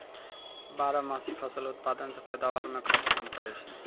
बारहमासी फसल उत्पादन से पैदावार मे खर्च कम पड़ै छै